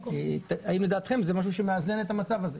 האם לדעתכם זה משהו שמאזן את המצב הזה?